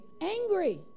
Angry